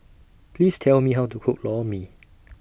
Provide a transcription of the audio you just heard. Please Tell Me How to Cook Lor Mee